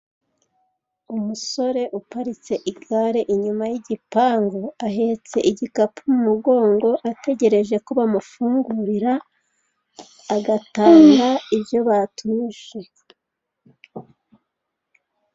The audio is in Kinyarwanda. Umusore uparitse igare inyuma y'igipanu, ahetse igikapu mu mugongo ategereje ko bamufungurira agatanga ibyo batumije.